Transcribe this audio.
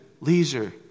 Leisure